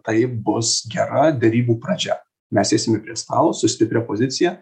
tai bus gera derybų pradžia mes eisime prie stalo su stipria pozicija